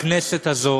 שהכנסת הזו